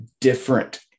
different